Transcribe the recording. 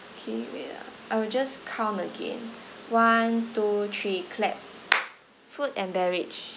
K wait ah I will just count again one two three clap food and beverage